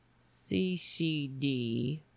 CCD